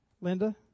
Linda